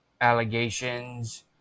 allegations